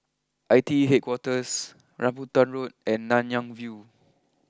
I T E Headquarters Rambutan Road and Nanyang view